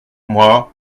moi